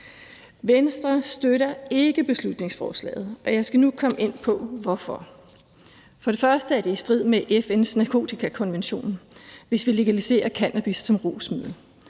Venstre støtter ikke beslutningsforslaget, og jeg skal nu komme ind på hvorfor. For det første er det i strid med FN's narkotikakonvention, hvis vi legaliserer cannabis som rusmiddel.